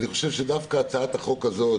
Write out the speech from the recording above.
דווקא הצעת החוק הזו,